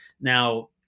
Now